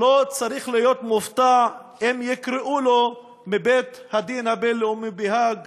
לא צריך להיות מופתע אם יקראו לו מבית-הדין הבין-לאומי בהאג